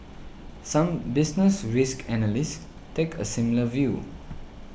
some business risk analysts take a similar view